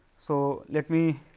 so, let me